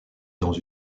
dans